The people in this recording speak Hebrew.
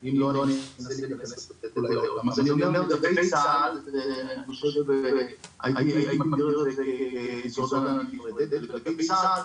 אני אומר לגבי צה"ל הייתי מגדיר את זה כ - (שיבוש בקו) לגבי צה"ל,